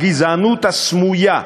הגזענות הסמויה.